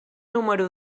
número